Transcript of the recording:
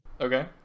Okay